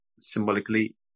symbolically